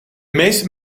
meeste